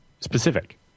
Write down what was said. specific